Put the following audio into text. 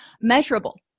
Measurable